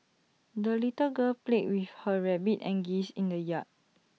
the little girl played with her rabbit and geese in the yard